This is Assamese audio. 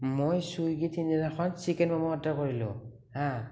মই ছুইগিত সিদিনাখন চিকেন মমো এটা কৰিলোঁ হাঁ